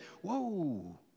Whoa